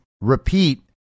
repeat